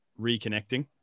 reconnecting